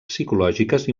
psicològiques